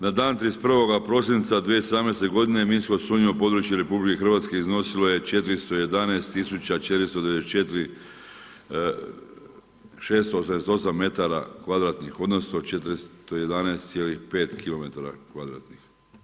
Na dan 31. prosinca 2017. godine minsko sumnjivo područje RH iznosilo je 411 494 688 metara kvadratnih, odnosno 411,5 kilometara kvadratnih.